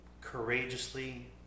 courageously